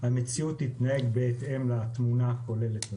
המציאות תתנהג בהתאם לתמונה הכוללת הזו.